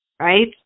Right